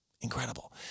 Incredible